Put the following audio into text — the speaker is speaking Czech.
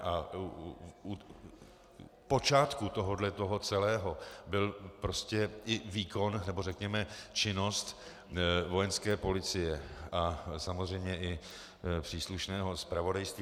A u počátku tohohle toho celého byl prostě i výkon, nebo řekněme činnost Vojenské policie a samozřejmě i příslušného zpravodajství.